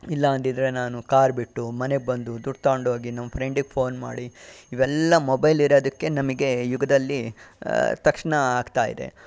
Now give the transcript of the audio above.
ಇಲ್ಲ ಅಂದಿದ್ದರೆ ನಾನು ಕಾರ್ ಬಿಟ್ಟು ಮನೆಗೆ ಬಂದು ದುಡ್ಡು ತಗೊಂಡು ಹೋಗಿ ನಮ್ಮ ಫ್ರೆಂಡಿಗೆ ಫೋನ್ ಮಾಡಿ ಇವೆಲ್ಲ ಮೊಬೈಲ್ ಇರೋದಕ್ಕೆ ನಮಗೆ ಯುಗದಲ್ಲಿ ತಕ್ಷಣ ಆಗ್ತಾಯಿದೆ